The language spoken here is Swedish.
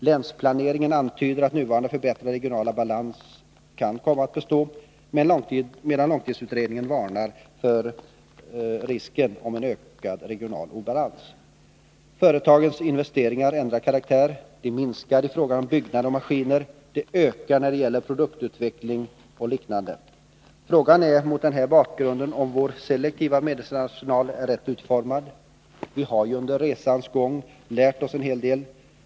Länsplaneringen antyder att nuvarande förbättrade regionala balans kommer att bestå, medan långtidsutredningen varnar för risk för ökad regional obalans. Företagens investeringar ändrar karaktär — de minskar i fråga om byggnader och maskiner, de ökar när det gäller produktutveckling och liknande. Frågan är mot den här bakgrunden om vår selektiva medelsarsenal är rätt utformad. Vi har under resans gång lärt oss en hel del.